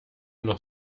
noch